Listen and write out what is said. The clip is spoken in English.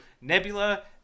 nebula